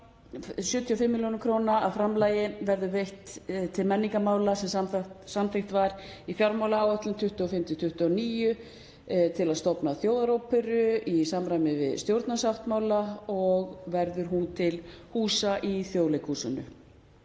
75 millj. kr. framlag verður veitt til menningarmála sem samþykkt var í fjármálaáætlun 2025–2029 til að stofna Þjóðaróperu í samræmi við stjórnarsáttmála og verður hún til húsa í Þjóðleikhúsinu.